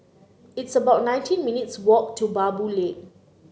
it's about nineteen minutes' walk to Baboo Lane